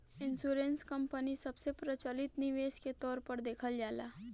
insurance company सबसे प्रचलित निवेश के तौर पर देखल जाला